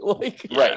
Right